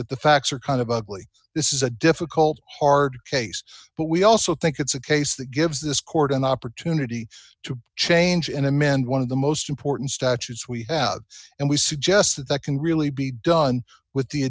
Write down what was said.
that the facts are kind of ugly this is a difficult hard case but we also think it's a case that gives this court an opportunity to change in amend one of the most important statutes we have and we suggest that that can really be done with the